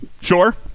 Sure